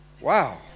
Wow